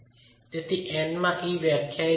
તેથી N માં e વ્યાખ્યાયિત થયેલ છે